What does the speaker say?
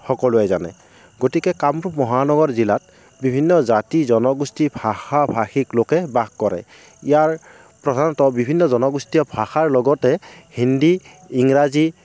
সকলোৱে জানে গতিকে কামৰূপ মহানগৰ জিলাত বিভিন্ন জাতি জনগোষ্ঠী ভাষা ভাষিক লোকে বাস কৰে ইয়াৰ প্ৰধানত বিভিন্ন জনগোষ্ঠীয় ভাষাৰ লগতে হিন্দী ইংৰাজী